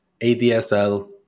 ADSL